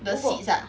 the seats ah